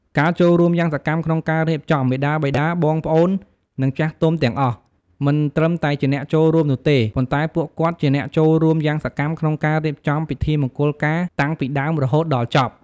ការចូលរួមយ៉ាងសកម្មក្នុងការរៀបចំ មាតាបិតា បងប្អូន និងចាស់ទុំទាំងអស់ មិនត្រឹមតែជាអ្នកចូលរួមនោះទេ ប៉ុន្តែពួកគាត់ជាអ្នកចូលរួមយ៉ាងសកម្មក្នុងការរៀបចំពិធីមង្គលការតាំងពីដើមរហូតដល់ចប់។